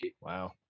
Wow